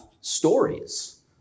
stories